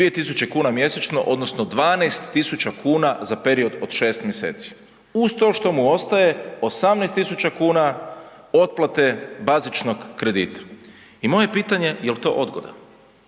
2.000 kuna mjesečno odnosno 12.000 kuna za period od 6 mjeseci uz to što mu ostaje 18.000 kuna otplate bazičnog kredita. I moje pitanje, jel to odgoda?